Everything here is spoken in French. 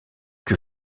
que